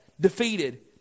defeated